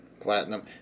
platinum